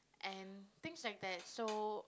and things like that so